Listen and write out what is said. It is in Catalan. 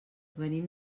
venim